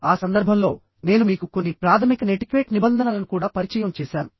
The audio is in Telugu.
ఆ సందర్భంలో నేను మీకు కొన్ని ప్రాథమిక నెటిక్వేట్ నిబంధనలను కూడా పరిచయం చేసాను